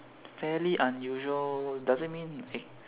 very unusual does it mean eh